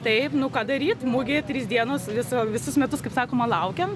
taip nu ką daryt mugė trys dienos viso visus metus kaip sakoma laukėm